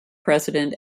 president